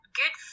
good